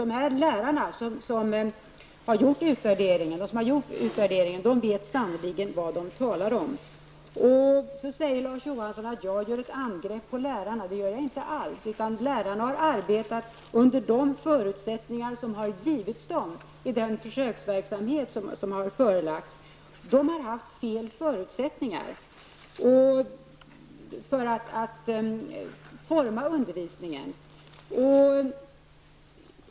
De lärare som står bakom utvärderingen vet sannerligen vad de talar om. Larz Johansson sade att jag angriper lärarna. Det gör jag inte alls. Lärarna har arbetat under de förutsättningar som har givits dem i den försöksverksamhet som har försigått. Lärarna har haft felaktiga förutsättningar för att kunna forma undervisningen.